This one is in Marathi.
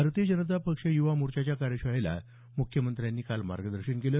भारतीय जनता पक्ष युवा मोर्चाच्या कार्यशाळेला मुख्यमंत्र्यांनी मार्गदर्शन केलं